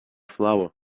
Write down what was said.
flower